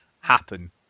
happen